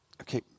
Okay